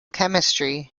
chemistry